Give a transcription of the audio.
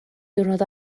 diwrnod